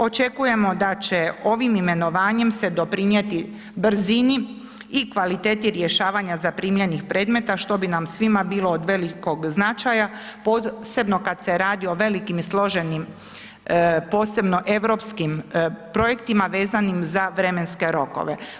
Očekujemo da će ovim imenovanjem se doprinijeti brzini i kvaliteti rješavanja zaprimljenih predmeta što bi nam svima bilo od velikog značaja, posebno kad se radi o velikim i složenim posebno europskim projektima vezanim za vremenske rokove.